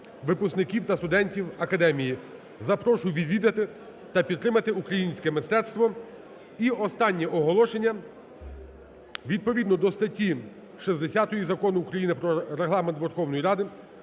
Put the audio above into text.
випускників та студентів академії. Запрошую відвідати та підтримати українське мистецтво. І останнє оголошення. Відповідно до статті 60 Закону України "Про Регламент Верховної Ради"